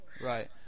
Right